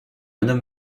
nomme